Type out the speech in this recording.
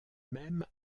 même